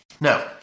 No